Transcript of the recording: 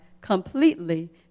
completely